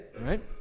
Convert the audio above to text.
right